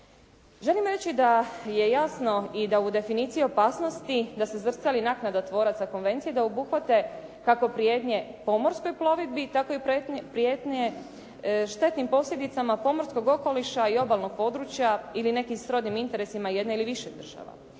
Želim reći da je jasno i da u definiciji opasnosti da ste svrstali naknada tvoraca konvencije da obuhvate kako prijetnje pomorskoj plovidbi, tako i prijetnje štetnim posljedicama pomorskog okoliša i obalnog područja ili nekim srodnim interesima jedne ili više država.